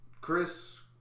Chris